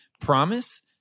promise